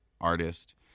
artist